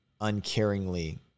uncaringly